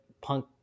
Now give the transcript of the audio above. Punk